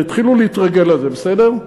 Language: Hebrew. תתחילו להתרגל לזה, בסדר?